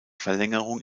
verlängerung